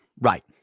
right